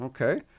Okay